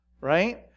right